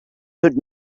could